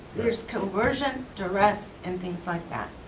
there's coercion, duress, and things like that.